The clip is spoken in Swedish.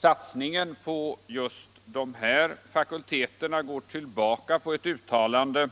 Satsningen på just dessa fakulteter går tillbaka på ett uttalande